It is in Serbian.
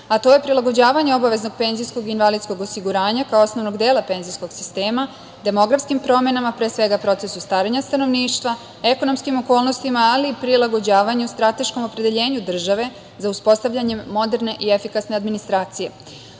a to je prilagođavanje obaveznog penzijskog i invalidskog osiguranja kao osnovnog dela penzijskog sistema demografskim promenama, pre svega procesu starenja stanovništva, ekonomskim okolnostima, ali i prilagođavanju strateškom opredeljenju države za uspostavljanje moderne i efikasne administracije.U